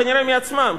כנראה מעצמן,